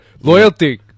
Loyalty